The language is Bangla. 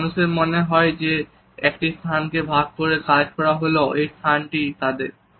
যাতে মানুষের মনে হয় যে একটি স্থান কে ভাগ করে কাজ করা হলেও এই নির্দিষ্ট স্থানটি তাদের